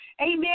Amen